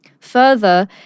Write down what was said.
Further